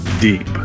Deep